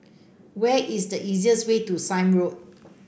where is the easiest way to Sime Road